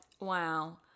Wow